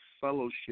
fellowship